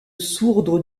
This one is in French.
sourdre